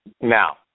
Now